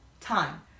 time